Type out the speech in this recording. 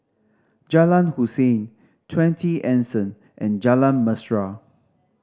Jalan Hussein Twenty Anson and Jalan Mesra